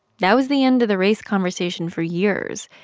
that was the end of the race conversation for years,